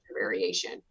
variation